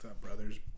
brother's